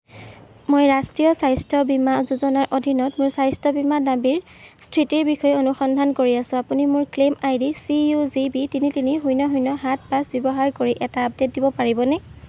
মই ৰাষ্ট্ৰীয় স্বাস্থ্য বীমা যোজনাৰ অধীনত মোৰ স্বাস্থ্য বীমা দাবীৰ স্থিতিৰ বিষয়ে অনুসন্ধান কৰি আছো আপুনি মোৰ claim I D C U G B তিনি তিনি শূন্য শূন্য সাত পাঁচ ব্যৱহাৰ কৰি এটা আপডেট দিব পাৰিবনে